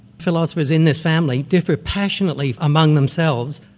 philosophers in this family differ passionately among themselves,